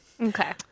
Okay